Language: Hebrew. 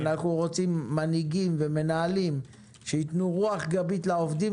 אנחנו רוצים מנהיגים ומנהלים שייתנו רוח גבית לעובדים